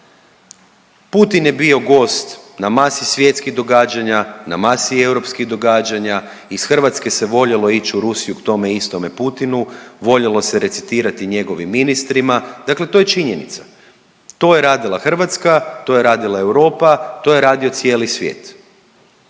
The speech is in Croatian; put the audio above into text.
Putin je bio gost na masi svjetskih događanja, na masi europskih događanja, iz Hrvatske se voljelo ić u Rusiju k tome istome Putinu voljelo se recitirati njegovim ministrima, dakle to je činjenica, to je radila Hrvatska, to je radila Europa, to je radio cijeli svijet.